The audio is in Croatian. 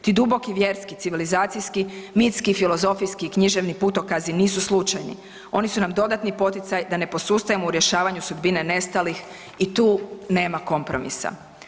Ti duboki vjerski civilizacijski, mitski, filozofijski, književni putokazi nisu slučajni, oni su nam dodatni poticaj da ne posustajemo u rješavanju sudbine nestalih i tu nema kompromisa.